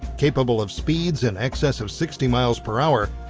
capable of speeds in excess of sixty miles per hour,